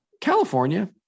California